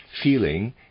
feeling